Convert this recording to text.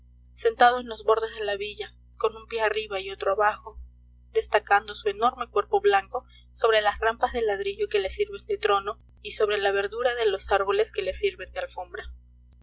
sentado en los bordes de la villa con un pie arriba y otro abajo destacando su enorme cuerpo blanco sobre las rampas de ladrillo que le sirven de trono y sobre la verdura de los árboles que le sirven de alfombra